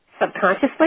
subconsciously